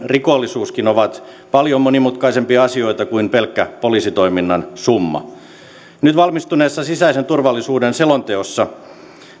rikollisuuskin ovat paljon monimutkaisempia asioita kuin pelkkä poliisitoiminnan summa nyt valmistuneessa sisäisen turvallisuuden selonteossa